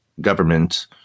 government